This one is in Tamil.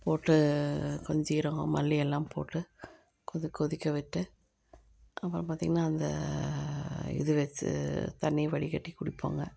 போட்டு கொஞ்ச சீரகம் மல்லி எல்லாம் போட்டு கொதி கொதிக்கவிட்டு அப்புறம் பார்த்திங்கன்னா அந்த இது வச்சு தண்ணியை வடிகட்டி குடிப்போங்க